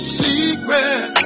secret